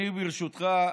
ברשותך,